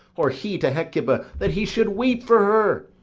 or he to hecuba, that he should weep for her?